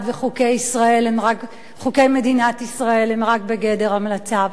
וחוקי מדינת ישראל הם רק בגדר המלצה.